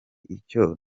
icyo